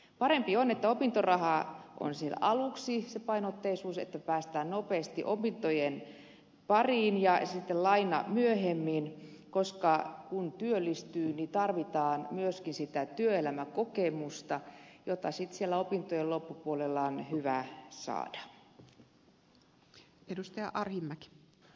parempi on että opintorahapainotteisuus on aluksi että päästään nopeasti opintojen pariin ja sitten laina myöhemmin koska työllistymiseen tarvitaan myöskin sitä työelämäkokemusta jota sitten siellä opintojen loppupuolella on hyvä saada